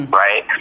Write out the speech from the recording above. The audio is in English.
right